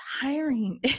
tiring